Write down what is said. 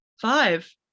five